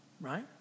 Right